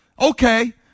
Okay